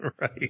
Right